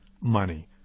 Money